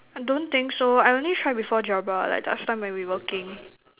I don't think so I only try before Jabra like that's time when we working